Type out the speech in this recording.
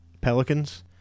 pelicans